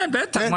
כן, בטח.